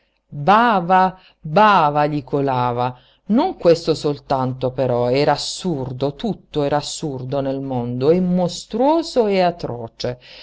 bava bava gli colava non questo soltanto però era assurdo tutto era assurdo nel mondo e mostruoso e atroce